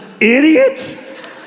idiot